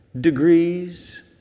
degrees